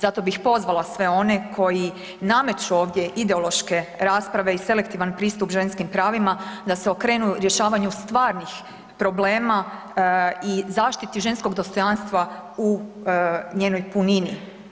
Zato bih pozvala sve one koji nameću ovdje ideološke rasprave i selektivan pristup ženskim pravima da se okrenu rješavanju stvarnih problema i zaštiti ženskog dostojanstva u njenoj punini.